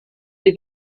les